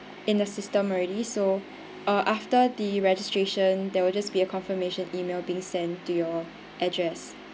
in the system already so uh after the registration there will just be a confirmation email being sent to your address